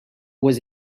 was